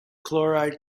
chloride